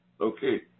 Okay